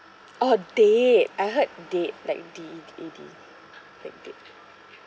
oh date I heard dead like D E A D like dead